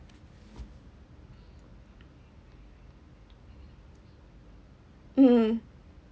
mmhmm